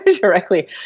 directly